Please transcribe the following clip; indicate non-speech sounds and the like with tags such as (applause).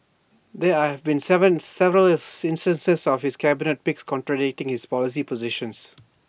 there have been (unintelligible) several instances of his cabinet picks contradicting his policy positions